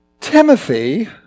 Timothy